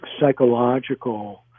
psychological